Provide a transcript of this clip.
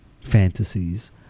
fantasies